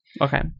Okay